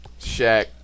Shaq